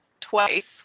twice